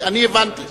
אני הבנתי.